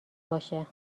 باشه